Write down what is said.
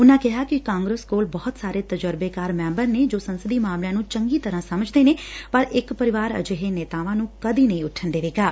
ਉਨਾਂ ਕਿਹਾ ਕਿ ਕਾਂਗਰਸ ਕੋਲ ਬਹੁਤ ਸਾਰੇ ਤਜ਼ਰਬੇਕਾਰ ਮੈਂਬਰ ਨੇ ਜੋ ਸੰਸਦੀ ਮਾਮਲਿਆਂ ਨੂੰ ਚੰਗੀ ਤਰ੍ਹਾਂ ਸਮਝਦੇ ਨੇ ਪਰ ਇਕ ਪਰਿਵਾਰ ਅਜਿਹੇ ਨੇਤਾਵਾਂ ਨੂੰ ਕਦੀ ਨਹੀਂ ਉੱਠਣ ਦੇਣਗੇ